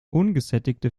ungesättigte